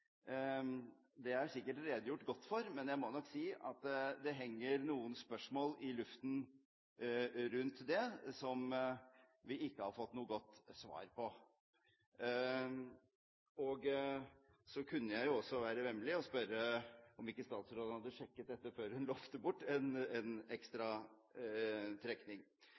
Det er sikkert redegjort godt for, men jeg må nok si at det henger noen spørsmål i luften rundt det, som vi ikke har fått noe godt svar på. Så kunne jeg også være vemmelig og spørre om ikke statsråden hadde sjekket dette før hun lovte bort en ekstra trekning.